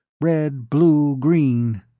red-blue-green